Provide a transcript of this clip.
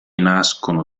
nascono